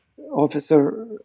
officer